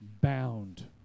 bound